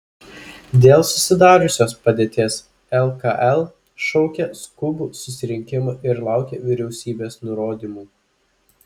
dėl susidariusios padėties lkl šaukia skubų susirinkimą ir laukia vyriausybės nurodymų